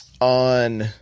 on